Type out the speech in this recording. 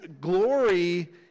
glory